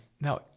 Now